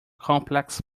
complex